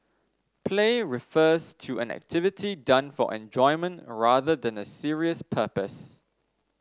play refers to an activity done for enjoyment rather than a serious purpose